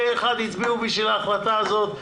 פה אחד הצביעו עבור ההחלטה הזאת.